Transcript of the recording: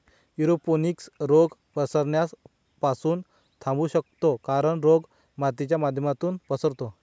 aeroponics रोग पसरण्यास पासून थांबवू शकतो कारण, रोग मातीच्या माध्यमातून पसरतो